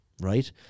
right